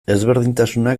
ezberdintasunak